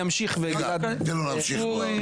תן לו להמשיך כבר.